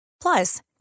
Plus